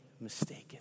mistaken